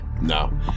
No